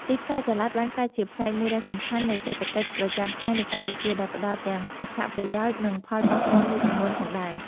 ទីផ្សារចល័តបានក្លាយជាផ្នែកមួយដ៏សំខាន់នៃសេដ្ឋកិច្ចប្រចាំថ្ងៃនៅកម្ពុជា ដែលផ្តល់ទាំងអត្ថប្រយោជន៍ និងផលប៉ះពាល់មួយចំនួនផងដែរ។